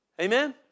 Amen